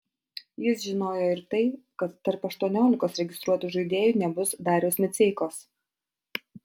jis žinojo ir tai kad tarp aštuoniolikos registruotų žaidėjų nebus dariaus miceikos